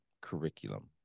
curriculum